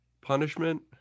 punishment